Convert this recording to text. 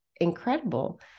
incredible